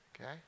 okay